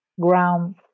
ground